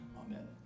amen